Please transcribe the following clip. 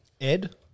Ed